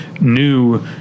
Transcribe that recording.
new